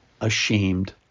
ashamed